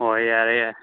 ꯑꯣ ꯌꯥꯔꯦ ꯌꯥꯔꯦ